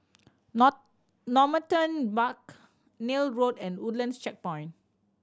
Normanton Park Neil Road and Woodlands Checkpoint